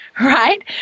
Right